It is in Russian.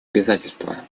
обязательства